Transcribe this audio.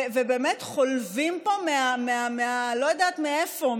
ובאמת חולבים פה לא יודעת מאיפה,